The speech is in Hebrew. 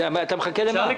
אתה מחכה לְמה?